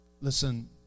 listen